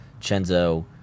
Chenzo